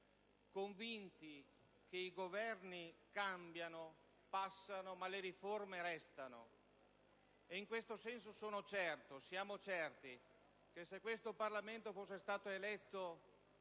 convinti che i Governi cambiano, passano, ma le riforme restano. In questo senso sono certo, siamo certi, che se questo Parlamento fosse stato eletto